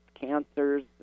cancers